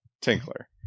tinkler